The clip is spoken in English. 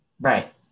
right